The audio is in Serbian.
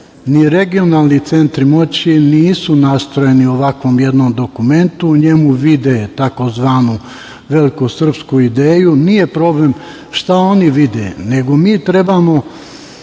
ni regionalni centri moći nisu nastrojeni ovakvom jednom dokumentu, u njemu vide tzv. velikosrpsku ideju. Nije problem šta oni vide, nego mi treba